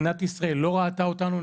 מדינת ישראל לא ראתה אותנו.